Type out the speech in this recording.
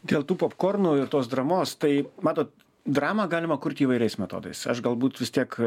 dėl tų popkornų ir tos dramos tai matot dramą galima kurt įvairiais metodais aš galbūt vis tiek